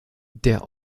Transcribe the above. der